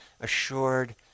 assured